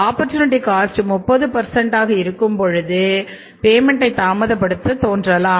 opportunity cost 30 இருக்கும் பொழுது பேமெண்ட்டை தாமதப்படுத்த தோன்றலாம்